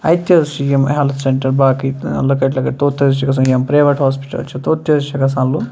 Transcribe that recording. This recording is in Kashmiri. اَتہِ حظ چھِ یِم ہیلتھ سینٛٹَر باقیٕے لۄکٕٹۍ لۄکٕٹۍ توت تہِ حظ چھِ گَژھان یِم پریویٹ ہوسپِٹَل چھِ توت تہِ حظ چھِ گَژھان لُکھ